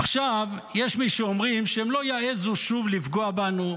עכשיו יש מי שאומרים שהם לא יעזו שוב לפגוע בנו,